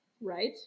Right